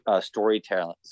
storytelling